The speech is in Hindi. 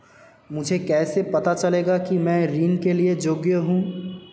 मुझे कैसे पता चलेगा कि मैं ऋण के लिए योग्य हूँ?